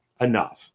enough